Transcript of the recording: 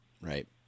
Right